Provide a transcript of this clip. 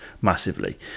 massively